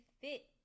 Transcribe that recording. fit